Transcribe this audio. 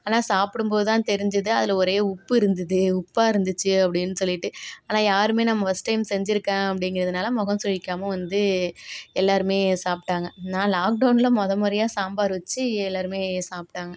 ஆனால் சாப்பிடும்போது தான் தெரிஞ்சிது அதில் ஒரே உப்பு இருந்துது உப்பாக இருந்துச்சு அப்படின் சொல்லிகிட்டு ஆனால் யாருமே நம் ஃபர்ஸ்ட் டைம் செஞ்சிருக்கேன் அப்படிங்கிறதுனால முகோம் சுழிக்காமல் வந்து எல்லாருமே சாப்பிட்டாங்க நான் லாக்டௌனில் முத முறையா சாம்பார் வச்சி எல்லாருமே சாப்பிட்டாங்க